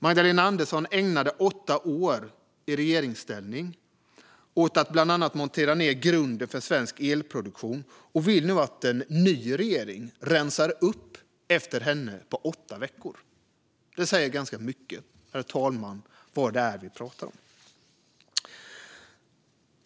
Magdalena Andersson ägnade åtta år i regeringsställning åt att bland annat montera ned grunden för svensk elproduktion och vill nu att en ny regering rensar upp efter henne på åtta veckor. Det säger ganska mycket om vad vi pratar om, herr talman.